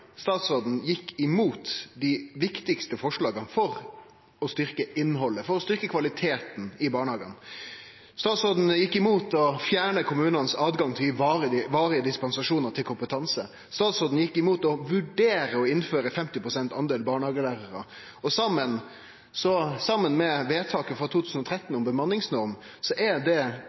statsråden gjekk imot dei viktigaste forslaga om å styrkje innhaldet og kvaliteten i barnehagane. Statsråden gjekk imot å fjerne åtgangen for kommunane til å gi varige dispensasjonar med omsyn til kompetanse. Statsråden gjekk imot å vurdere å innføre at 50 pst. skal vere barnehagelærarar. Saman med vedtaket frå 2013 om ei bemanningsnorm er det